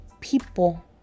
people